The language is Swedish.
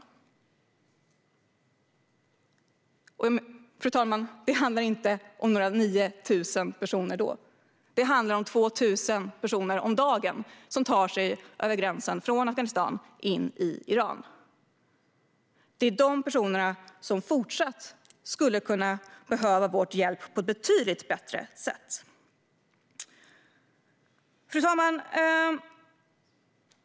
Fru talman! Då handlar det inte om några 9 000 personer. Det handlar om 2 000 personer om dagen som tar sig från Afghanistan över gränsen och in i Iran. Det är de personerna som fortsatt skulle behöva vår hjälp på ett betydligt bättre sätt. Fru talman!